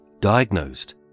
diagnosed